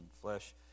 flesh